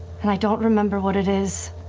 and i don't remember what it is.